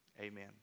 Amen